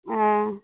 हँ